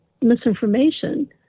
misinformation